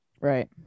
Right